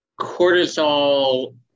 cortisol